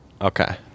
Okay